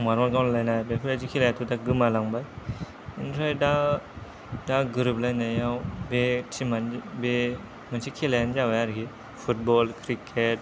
मारबल गावलायलायनाय बेफोरबादि खेलायाथ' दा गोमालांबाय बिनिफ्राय दा दा गोरोबलायनायाव बे टिम आनो बे मोनसे खेलायानो जाबाय आरोकि फुटबल क्रिकेट